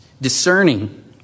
Discerning